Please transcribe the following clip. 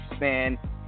man